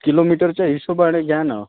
किलोमीटरच्या हिशेबाने आणि घ्या ना